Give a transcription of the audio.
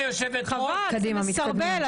חבל, זה מסרבל.